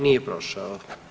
Nije prošao.